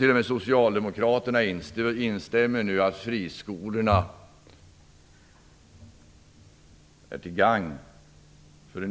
Även socialdemokraterna instämmer nu i att friskolorna är till gagn för